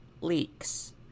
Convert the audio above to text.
Leaks